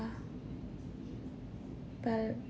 but